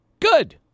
Good